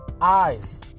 eyes